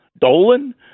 Dolan